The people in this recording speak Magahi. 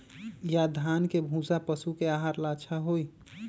या धान के भूसा पशु के आहार ला अच्छा होई?